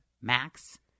max